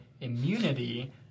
immunity